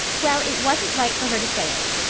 well, it wasn't right for her to say it,